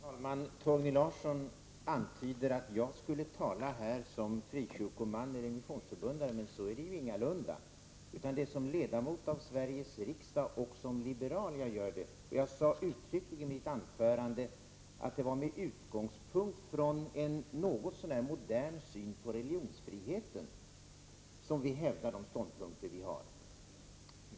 Fru talman! Torgny Larsson antyder att jag här skulle tala som frikyrkoman eller som missionsförbundare, men så är det ingalunda. Det är som ledamot av Sveriges riksdag och som liberal jag talar. Jag sade uttryckligen i mitt anförande att det var med utgångspunkt i en något så när modern syn på religionsfriheten som vi hävdar de ståndpunkter vi har fört fram.